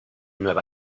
nueva